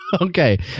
Okay